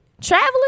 traveling